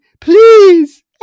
please